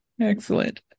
Excellent